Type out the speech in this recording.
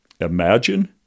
imagine